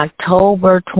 October